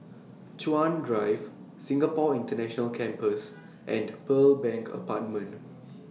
Chuan Drive Singapore International Campus and Pearl Bank Apartment